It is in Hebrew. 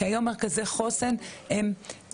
כי היום מרכזי חוסן הם,